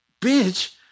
bitch